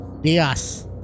Diaz